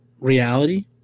reality